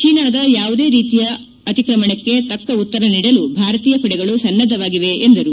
ಚೀನಾದ ಯಾವುದೇ ರೀತಿಯ ಅತಿಕ್ರಮಣಕ್ಕೆ ತಕ್ಕ ಉತ್ತರ ನೀಡಲು ಭಾರತೀಯ ಪಡೆಗಳು ಸನ್ನದ್ದವಾಗಿದೆ ಎಂದರು